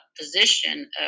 position